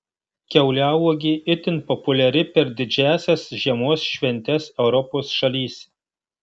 kiauliauogė itin populiari per didžiąsias žiemos šventes europos šalyse